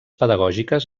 pedagògiques